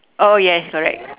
oh yes correct